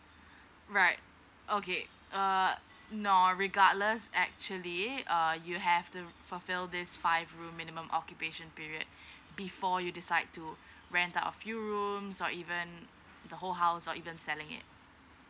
right okay uh no regardless actually uh you have to fulfill this five room minimum occupation period before you decide to rent out a few rooms or even the whole house or even selling it